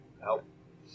help